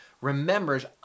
remembers